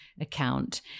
account